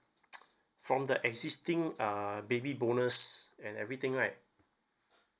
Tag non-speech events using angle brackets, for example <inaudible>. <noise> from the existing uh baby bonus and everything right